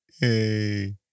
Hey